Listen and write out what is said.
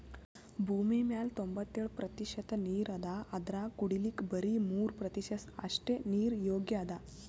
ಭೂಮಿಮ್ಯಾಲ್ ತೊಂಬತ್ತೆಳ್ ಪ್ರತಿಷತ್ ನೀರ್ ಅದಾ ಅದ್ರಾಗ ಕುಡಿಲಿಕ್ಕ್ ಬರಿ ಮೂರ್ ಪ್ರತಿಷತ್ ಅಷ್ಟೆ ನೀರ್ ಯೋಗ್ಯ್ ಅದಾ